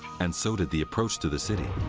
and so did the approach to the city.